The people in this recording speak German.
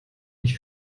nicht